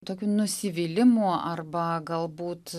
tokių nusivylimų arba galbūt